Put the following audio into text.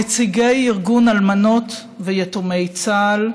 נציגי ארגון אלמנות ויתומי צה"ל,